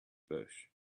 bush